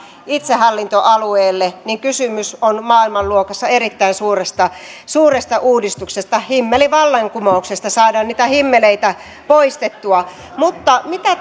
itsehallintoalueelle niin kysymys on maailman luokassa erittäin suuresta suuresta uudistuksesta himmelivallankumouksesta saadaan niitä himmeleitä poistettua mutta mitä